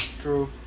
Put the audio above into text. True